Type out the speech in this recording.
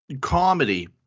comedy